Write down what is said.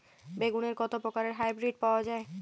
বেগুনের কত প্রকারের হাইব্রীড পাওয়া যায়?